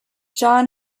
john